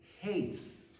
hates